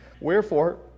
wherefore